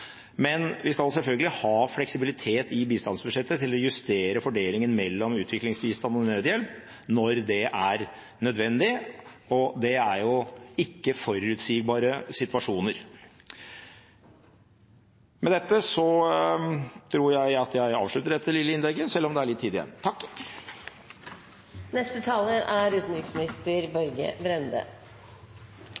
men vi skal selvfølgelig ha fleksibilitet i bistandsbudsjettet til å justere fordelingen mellom utviklingsbistand og nødhjelp når det er nødvendig – det er jo ikke forutsigbare situasjoner. Med dette tror jeg at jeg avslutter dette lille innlegget, selv om det er litt tid igjen.